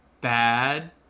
bad